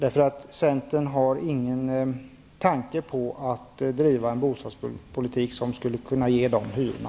Centern har inga tankar på att driva en bostadspolitik som skulle kunna ge de hyrorna.